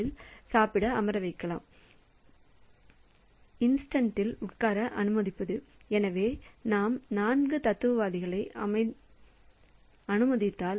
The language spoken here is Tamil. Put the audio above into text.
இன்ஸ்ட்டில் உட்கார அனுமதிப்பது எனவே நாம் 4 தத்துவவாதிகளை அனுமதித்தால்